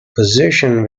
position